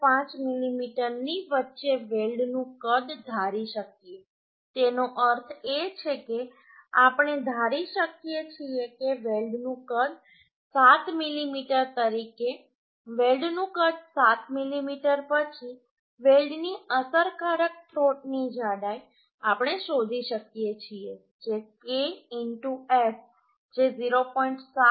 5 મીમી ની વચ્ચે વેલ્ડનું કદ ધારી શકીએ તેનો અર્થ એ છે કે આપણે ધારી શકીએ છીએ કે વેલ્ડનું કદ 7 મીમી તરીકે વેલ્ડનું કદ 7 મીમી પછી વેલ્ડની અસરકારક થ્રોટની જાડાઈ આપણે શોધી શકીએ છીએ જે K S જે 0